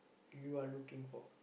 you are looking for